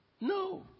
No